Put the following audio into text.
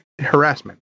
harassment